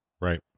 right